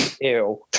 Ew